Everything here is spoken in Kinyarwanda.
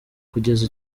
kugeza